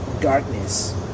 darkness